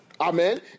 Amen